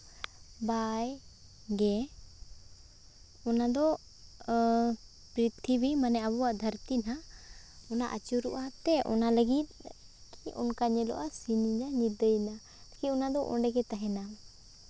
ᱵᱟᱭ ᱜᱮ ᱚᱱᱟᱫᱚ ᱯᱨᱤᱛᱷᱤᱵᱤ ᱢᱟᱱᱮ ᱟᱵᱚᱣᱟᱜ ᱫᱷᱟᱹᱨᱛᱤ ᱱᱟᱦᱟᱜ ᱚᱱᱟ ᱟᱹᱪᱩᱨᱚᱜᱼᱟ ᱛᱮ ᱚᱱᱟ ᱞᱟᱹᱜᱤᱫ ᱠᱤ ᱚᱱᱠᱟ ᱧᱮᱞᱚᱜᱼᱟ ᱥᱤᱧ ᱮᱱᱟ ᱧᱤᱫᱟᱹ ᱮᱱᱟᱭᱟ ᱠᱤ ᱚᱱᱟ ᱫᱚ ᱚᱸᱰᱮ ᱜᱮ ᱛᱟᱦᱮᱱᱟ